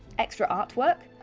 extra artwork,